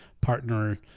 partner